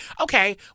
okay